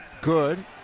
Good